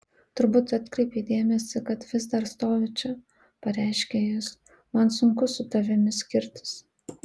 turbūt atkreipei dėmesį kad vis dar stoviu čia pareiškia jis man sunku su tavimi skirtis